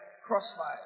Crossfire